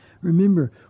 Remember